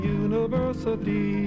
university